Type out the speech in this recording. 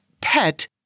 pet